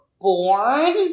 born